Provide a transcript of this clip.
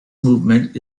movement